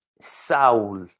Saul